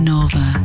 Nova